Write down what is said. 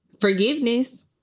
forgiveness